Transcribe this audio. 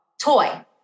Toy